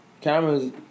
cameras